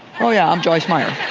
oh yeah, i'm joyce meyer.